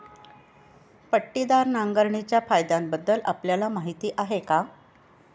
पट्टीदार नांगरणीच्या फायद्यांबद्दल आपल्याला माहिती आहे का?